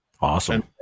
awesome